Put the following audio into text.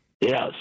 Yes